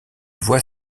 voix